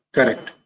Correct